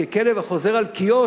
ככלב החוזר על קיאו,